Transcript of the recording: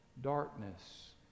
darkness